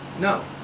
No